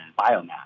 biomass